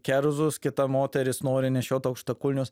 kerzus kita moteris nori nešiot aukštakulnius